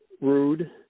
rude